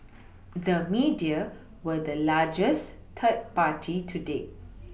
the media were the largest third party today